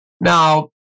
Now